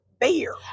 beer